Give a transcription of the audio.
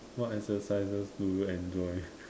what exercises do you enjoy